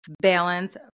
balance